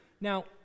Now